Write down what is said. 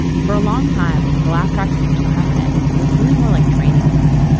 for a long time, the laugh track seemed permanent, but it was really more like training wheels.